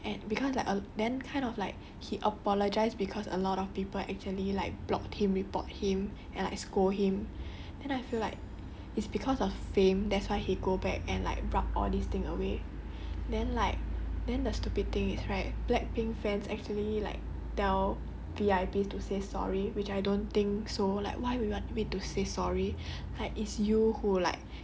then I feel like it's very stupid lah why you want to do in the first place and cause like uh then kind of like he apologise cause a lot of people actually like blocked him report him and like scold him then I feel like it's cause of fame that's why he go back and like rub all these thing away then like then the stupid thing is right blackpink fans actually like tell V_I_P to say sorry